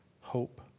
hope